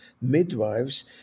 midwives